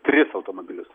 tris automobilius